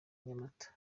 nyamata